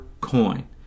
coin